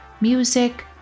music